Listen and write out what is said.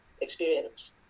experience